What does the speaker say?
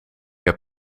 heb